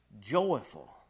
joyful